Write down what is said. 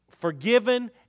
forgiven